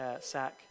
sack